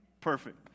Perfect